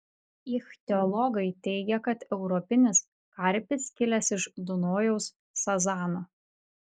ichtiologai teigia kad europinis karpis kilęs iš dunojaus sazano